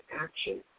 action